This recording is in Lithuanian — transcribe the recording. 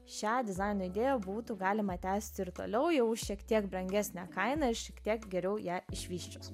šią dizaino idėją būtų galima tęsti ir toliau jau šiek tiek brangesne kaina ir šiek tiek geriau ją išvysčius